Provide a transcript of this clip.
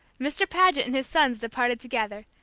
mr. paget and his sons departed together,